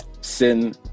sin